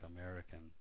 American